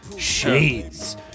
Shades